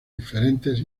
diferentes